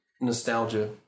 nostalgia